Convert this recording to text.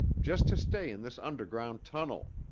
just to stay in this underground tunnel!